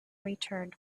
returned